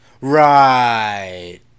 Right